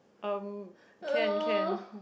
um can can